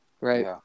right